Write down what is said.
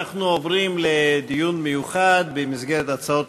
אנחנו עוברים לדיון מיוחד במסגרת הצעות